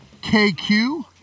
KQ